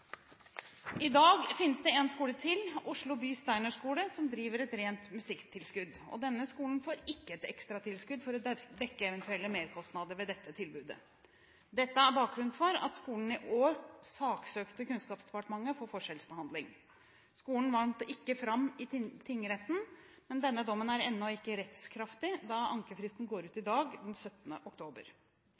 I dag finnes det en skole til, Oslo by Steinerskole, som driver et rent musikktilbud. Denne skolen får ikke ekstra tilskudd for å dekke eventuelle merkostnader ved dette tilbudet. Dette er bakgrunnen for at skolen i år saksøkte Kunnskapsdepartementet for forskjellsbehandling. Skolen vant ikke fram i tingretten, men dommen er ennå ikke rettskraftig, da ankefristen går ut i dag, den 17. oktober.